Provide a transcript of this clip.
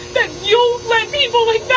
that you'll let people like